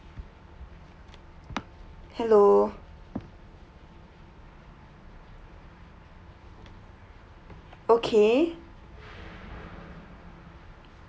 hello okay